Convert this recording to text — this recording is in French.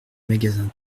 magasin